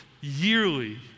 yearly